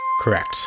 Correct